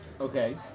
Okay